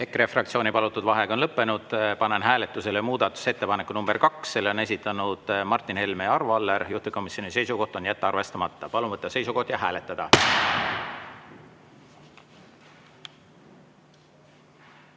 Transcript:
EKRE fraktsiooni palutud vaheaeg on lõppenud. Panen hääletusele muudatusettepaneku nr 2. Selle on esitanud Martin Helme ja Arvo Aller, juhtivkomisjoni seisukoht on jätta arvestamata. Palun võtta seisukoht ja hääletada!